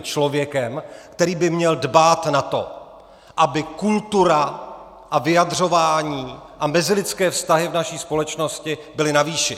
Člověkem, který by měl dbát na to, aby kultura a vyjadřování a mezilidské vztahy v naší společnosti byly na výši.